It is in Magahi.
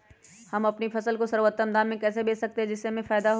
हम अपनी फसल को सर्वोत्तम दाम में कैसे बेच सकते हैं जिससे हमें फायदा हो?